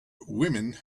women